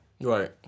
Right